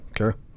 Okay